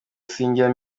sinjya